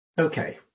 okay